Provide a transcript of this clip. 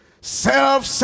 self